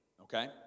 Okay